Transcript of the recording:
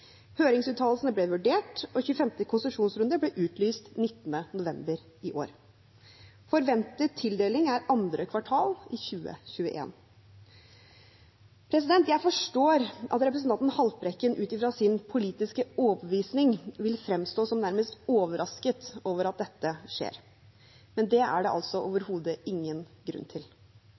Høringsuttalelsene ble vurdert, og 25. konsesjonsrunde ble utlyst 19. november i fjor. Forventet tildeling er 2. kvartal i 2021. Jeg forstår at representanten Haltbrekken ut fra sin politiske overbevisning vil fremstå som nærmest overrasket over at dette skjer. Men det er det altså overhodet ingen grunn til.